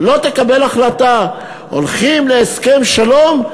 לא תקבל החלטה: הולכים להסכם שלום,